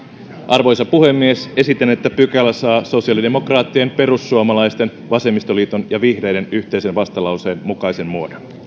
arvoisa puhemies esitän että pykälä saa sosiaalidemokraattien perussuomalaisten vasemmistoliiton ja vihreiden yhteisen vastalauseen mukaisen muodon